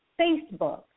Facebook